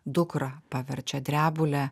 dukrą paverčia drebule